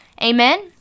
Amen